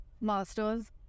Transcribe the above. masters